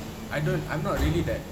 I don't I'm not really that